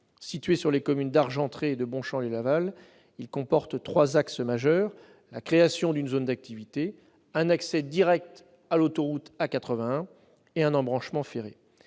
Situé sur les communes d'Argentré et de Bonchamps-lès-Laval, ce parc comporte trois axes majeurs : la création d'une zone d'activités, un accès direct à l'autoroute A81 et un embranchement ferré.